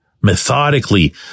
methodically